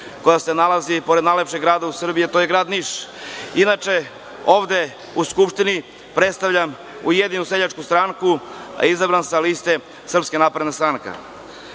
koja se nalazi pored najlepšeg grada u Srbiji, a to je grad Niš. Inače, ovde u Skupštini predstavljam Ujedinjenu seljačku stranku, izabran sa liste SNS.Kao čovek,